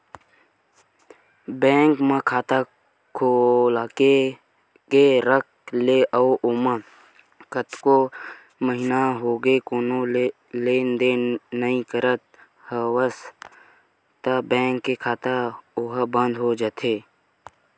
bank म खाता खोलाके के रख लेस अउ ओमा कतको महिना होगे कोनो लेन देन नइ करत हवस त बेंक के खाता ओहा बंद हो जाथे